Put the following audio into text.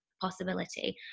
possibility